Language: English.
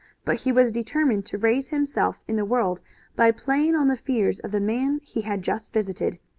but he was determined to raise himself in the world by playing on the fears of the man he had just visited.